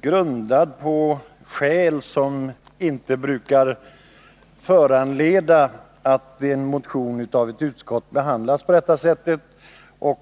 grundad på skäl som inte brukar föranleda att en motion behandlas på detta sätt av ett utskott.